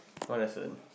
what lesson